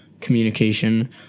communication